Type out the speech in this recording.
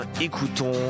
écoutons